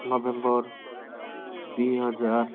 November ଦୁଇହଜାର